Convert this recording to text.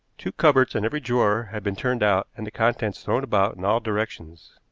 two cupboards and every drawer had been turned out and the contents thrown about in all directions.